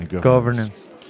Governance